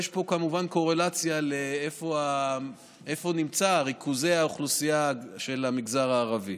יש פה כמובן קורלציה לאיפה נמצאים ריכוזי האוכלוסייה של המגזר הערבי.